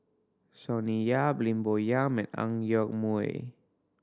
Sonny Yap Lim Bo Yam and Ang Yoke Mooi